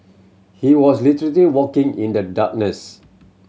he was literally walking in the darkness